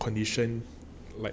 condition like